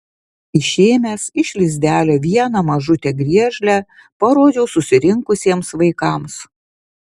išėmęs iš lizdelio vieną mažutę griežlę parodžiau susirinkusiems vaikams